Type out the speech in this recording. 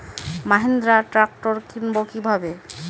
Mahindra tractor কিনবো কি ভাবে?